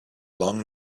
long